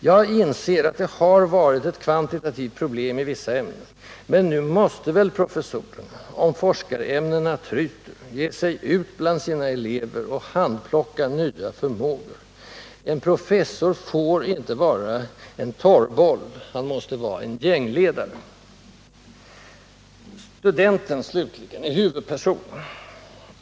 Jag inser att det har varit ett kvantitativt problem i vissa ämnen, men nu måste väl professorerna, om forskarämnena tryter, ge sig ut bland sina elever och handplocka nya förmågor. En professor får inte vara en torrboll, han måste vara en gängledare. Studenten, slutligen, är huvudpersonen.